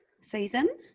season